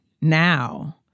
now